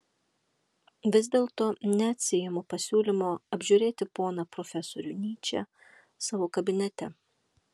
vis dėlto neatsiimu pasiūlymo apžiūrėti poną profesorių nyčę savo kabinete